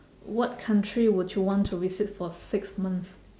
what country would you want to visit for six months